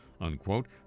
unquote